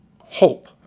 hope